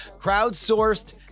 Crowdsourced